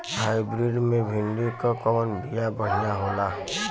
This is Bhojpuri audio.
हाइब्रिड मे भिंडी क कवन बिया बढ़ियां होला?